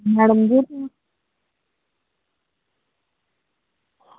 madam जी